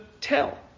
tell